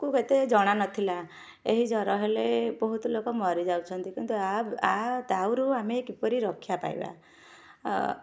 ଙ୍କୁ ଏତେ ଜଣାନଥିଲା ଏହି ଜ୍ୱର ହେଲେ ବହୁତ ଲୋକ ମରିଯାଉଛନ୍ତି କିନ୍ତୁ ଆ ବ ଆ ଦାଉରୁ ଆମେ କିପରି ରକ୍ଷା ପାଇବା ଆ